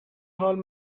حال